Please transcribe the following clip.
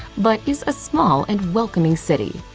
but is a small and welcoming city.